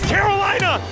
Carolina